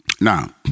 Now